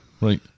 Right